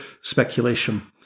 speculation